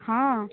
ହଁ